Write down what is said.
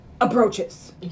approaches